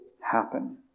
happen